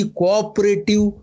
cooperative